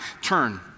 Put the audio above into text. turn